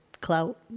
clout